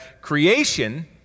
creation